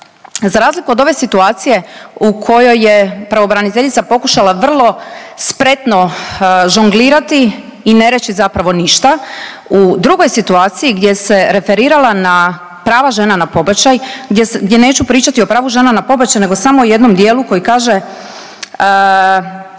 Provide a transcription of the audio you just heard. za razliku od ove situacije u kojoj je pravobraniteljica pokušala vrlo spretno žonglirati i ne reći zapravo ništa u drugoj situaciji gdje se referirala na prava žena na pobačaj, gdje neću pričati o pravu žena na pobačaj, nego samo u jednom dijelu koji kaže,